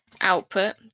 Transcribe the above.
output